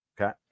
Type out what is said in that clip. Okay